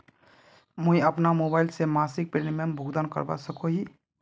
मुई अपना मोबाईल से मासिक प्रीमियमेर भुगतान करवा सकोहो ही?